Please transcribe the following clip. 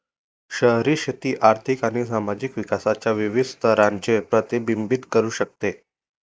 शहरी शेती आर्थिक आणि सामाजिक विकासाच्या विविध स्तरांचे प्रतिबिंबित करू शकते